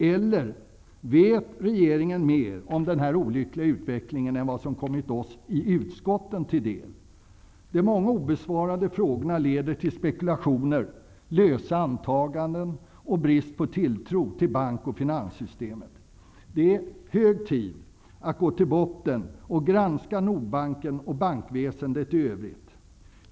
Eller, vet regeringen mer om den här olyckliga utvecklingen än vad som kommit oss i utskotten till del? De många obesvarade frågorna leder till spekulationer, lösa antaganden och brist på tilltro till bank och finanssystemet. Det är hög tid att gå till botten och granska Nordbanken och bankväsendet i övrigt.